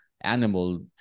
animal